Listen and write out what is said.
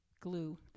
glue